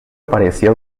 pareció